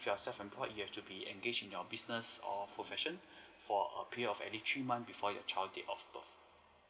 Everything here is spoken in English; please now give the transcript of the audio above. if you are self employed you have to be engaged in your business or profession for a period of at least three month before your child date of birth